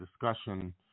discussion